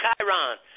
Chiron